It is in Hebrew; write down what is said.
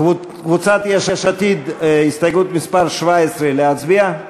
קבוצת יש עתיד, הסתייגות מס' 17, להצביע?